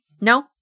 No